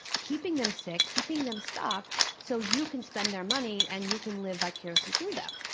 keeping them sick, keeping them stuck, so you can spend their money and you can live vicariously through them.